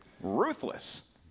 Ruthless